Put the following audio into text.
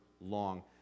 long